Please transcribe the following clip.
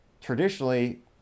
traditionally